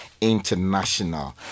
international